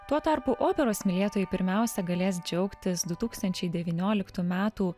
tuo tarpu operos mylėtojai pirmiausia galės džiaugtis du tūkstančiai devynioliktų metų